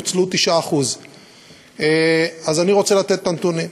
נוצלו 9%. אז אני רוצה לתת את הנתונים,